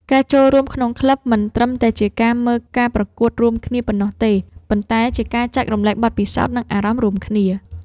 ការចូលរួមក្នុងក្លឹបមិនត្រឹមតែជាការមើលការប្រកួតរួមគ្នាប៉ុណ្ណោះទេប៉ុន្តែជាការចែករំលែកបទពិសោធន៍ និងអារម្មណ៍រួមគ្នា។